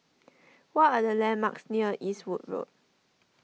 what are the landmarks near Eastwood Road